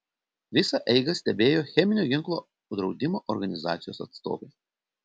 visą eigą stebėjo cheminio ginklo draudimo organizacijos atstovai